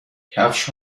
کفش